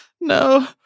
No